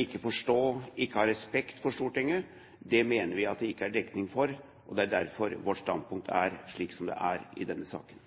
ikke forstå, ikke ha respekt for Stortinget mener vi at det ikke er dekning for. Det er derfor vårt standpunkt er slik som det er i denne saken.